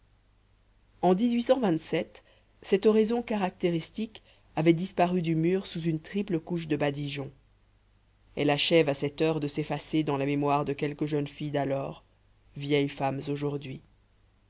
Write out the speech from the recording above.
en cette oraison caractéristique avait disparu du mur sous une triple couche de badigeon elle achève à cette heure de s'effacer dans la mémoire de quelques jeunes filles d'alors vieilles femmes aujourd'hui